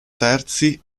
terzi